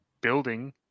building